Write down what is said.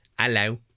Hello